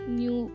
new